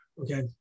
okay